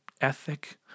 ethic